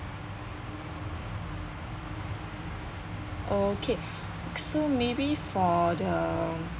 okay so maybe for the